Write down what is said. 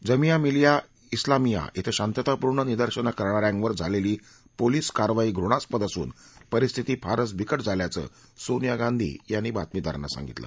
जमिया मिलिया डिलामिया धिं शांततापूर्ण निदर्शनं करण्याऱ्यांवर झालेली पोलिस कारवाई घृणास्पद असून परिस्थिती फारच बिकट झाल्याचं सोनिया गांधी यांनी बातमीदारांना सांगितलं